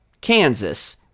Kansas